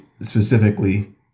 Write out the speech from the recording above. specifically